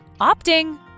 Opting